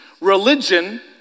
Religion